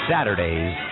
Saturdays